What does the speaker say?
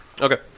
Okay